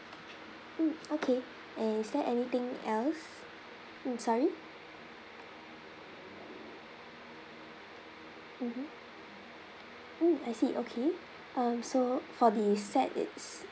mm okay eh is there anything else mm sorry mmhmm mm I see okay um so for the set it's